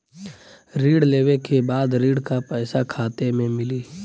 ऋण लेवे के बाद ऋण का पैसा खाता में मिली?